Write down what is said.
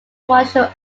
martial